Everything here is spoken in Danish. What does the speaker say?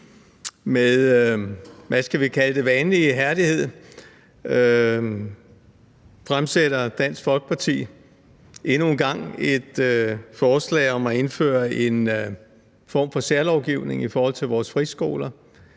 Med, hvad skal vi kalde det, vanlig ihærdighed fremsætter Dansk Folkeparti endnu en gang et forslag om at indføre en form for særlovgivning i forhold til vores friskoler,